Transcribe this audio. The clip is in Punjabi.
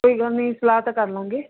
ਕੋਈ ਗੱਲ ਨਹੀਂ ਸਲਾਹ ਤਾਂ ਕਰ ਲਾਂਗੇ